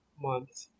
month